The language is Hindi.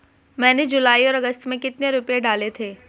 मैंने जुलाई और अगस्त में कितने रुपये डाले थे?